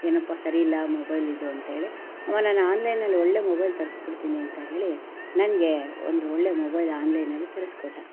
ಏನಪ್ಪಾ ಸರಿಯಿಲ್ಲ ಮೊಬೈಲಿದು ಅಂತ ಹೇಳಿ ಅಮ್ಮ ನಾನು ಆನ್ಲೈನಲ್ಲಿ ಒಳ್ಳೆಯ ಮೊಬೈಲ್ ತರ್ಸ್ಕೊಡ್ತೀನಿ ಅಂತ ಹೇಳಿ ನನಗೆ ಒಂದು ಒಳ್ಳೆಯ ಮೊಬೈಲ್ ಆನ್ಲೈನಲ್ಲಿ ತರಿಸ್ಕೊಟ್ಟ